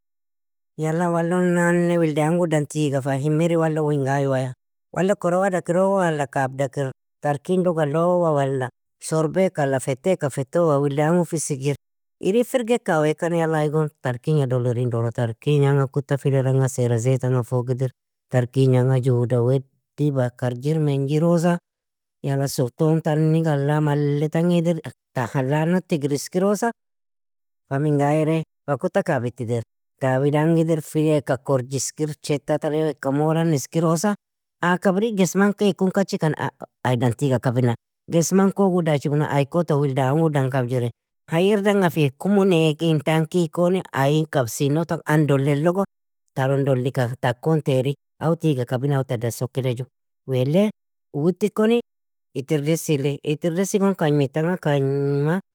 Yala wallo nane wildi angudan tiga fa himiri, wallo minga iwaya, wallo korowada kirowa, wala kabda kir tarkinlog alowa, walal shorbeka alla feteaka fetowa, wildi angu fisigir, irin firgeka awe ikani, yala igon tarking dolirin doro, tarkign anga kuta filer anga saira, zeet anga fog edir, tarkign anga juda wediba, karjir menjirosa, yala su_tom tanig alaa, malle tang edir, tar hala anga tigr iskirosa, fa minga airee? Fa kuta kabita edair, kabid anga idirr, filyeaka korje iskir, sheta tani weaka molan iskirosa, aa kabri gesman kueaku kachikan aydan tiga kabina, gesman kogu dachimuna, aykoto wildi angudan kabjire hayirdangafi kumune igintan kikoni, ayin kabsinog, tak_andolelogo, taron dollikan takon teari, aw tiga kabin, aw tadan sokida ju, weale? Uoti koni itirdesili, itirdesigon kagnwid tanga kagnwa, yala karbunatu tanga aw jaditang idirr nifaa sukirosa, nibrano nifa sukirosa, tigir iskirosa, yala inna wida minga awre? Kabid lekin kaba narilo doldiru, ade_adesin feta kon taban shorbali yan, udog adeska ikan shorbali, shorba ang okir malika wediba tegliya tanga ashrikir allosa, kaba nari terekoni edaera kudud terekon wildin doro, okka narran ganaya, taka fetosa kabjiru aw husan edaera gon dukija kaba nari gon dukija, fili tere lo ka_dakan kabja.